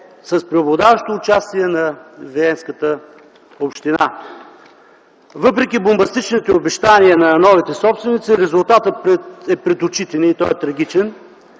с преобладаващо участие на Виенската община. Въпреки бомбастичните обещания на новите собственици, резултатът е пред очите ни и той е трагичен